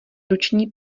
ruční